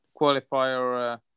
qualifier